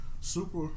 super